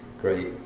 great